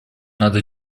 надо